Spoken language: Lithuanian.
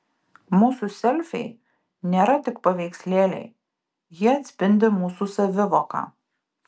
mūsų selfiai nėra tik paveikslėliai jie atspindi mūsų savivoką